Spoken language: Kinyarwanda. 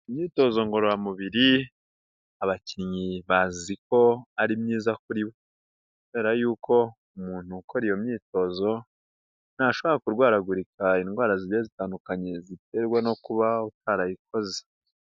Imyitozo ngororamubiri abakinnyi bazi ko ari myiza kuri bo, kubera yuko umuntu ukora iyo myitozo, ntashobora kurwaragurika indwara zitandukanye ziterwa no kuba barayikoze.